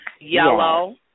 yellow